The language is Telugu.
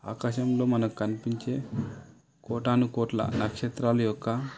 ఆకాశంలో మనకు కనిపించే కోటానుకోట్ల నక్షత్రాలు యొక్క